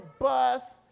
bus